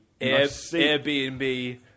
Airbnb